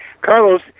Carlos